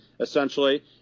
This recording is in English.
essentially